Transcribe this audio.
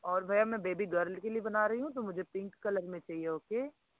और भैया मैं बेबी गर्ल के लिए बना रही हूँ तो मुझे पिंक कलर में चाहिए ओके